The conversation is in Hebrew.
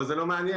אבל זה לא מעניין,